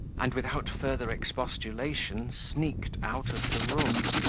and without further expostulation sneaked out of the room.